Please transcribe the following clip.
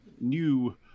new